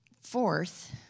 Fourth